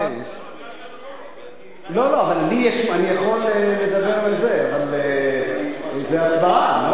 אני יכול לדבר על זה, אבל זה הצבעה.